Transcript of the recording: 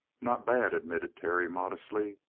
not bad, admitted terry modestly.